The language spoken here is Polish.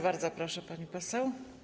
Bardzo proszę, pani poseł.